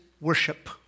worship